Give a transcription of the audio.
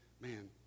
Man